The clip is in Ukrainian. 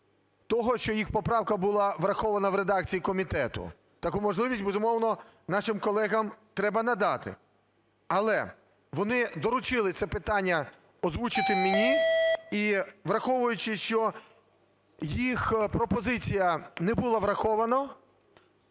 того, що їх поправка була врахована в редакції комітету. Таку можливість, безумовно, нашим колегам треба надати. Але вони доручили це питання озвучити мені. І, враховуючи, що їх пропозиція не була врахована,